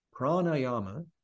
Pranayama